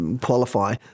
qualify